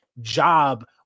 job